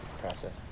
process